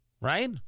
Right